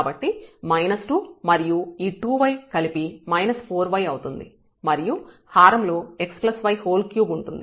కాబట్టి 2 మరియు ఈ 2y కలిపి 4y అవుతుంది మరియు హారం లో x y3 ఉంటుంది